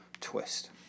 twist